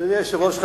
אדוני היושב-ראש,